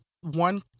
one